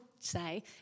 say